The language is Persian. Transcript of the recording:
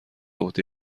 عهده